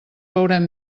veurem